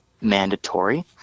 mandatory